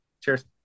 Cheers